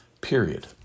period